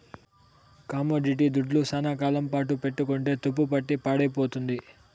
commodity దుడ్లు శ్యానా కాలం పాటు పెట్టుకుంటే తుప్పుపట్టి పాడైపోతుంది